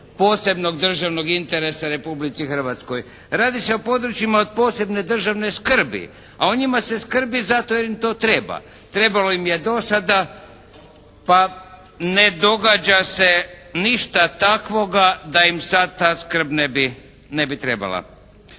posebnog državnog interesa Republici Hrvatskoj. Radi se o područjima od posebne državne skrbi, a o njima se skrbi zato jer im to treba. Trebalo im je dosada pa ne događa se ništa takvoga da im sad ta skrb ne bi trebala.